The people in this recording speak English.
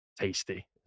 tasty